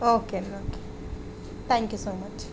okay అండి okay thank you so much